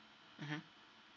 mmhmm